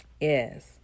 Yes